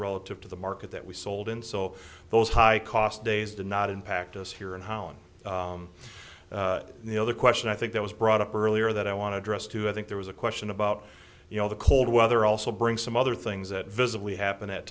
relative to the market that we sold and so those high cost days did not impact us here in holland the other question i think that was brought up earlier that i want to address too i think there was a question about you know the cold weather also bring some other things that visibly happen at